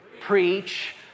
preach